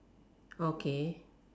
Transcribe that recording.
okay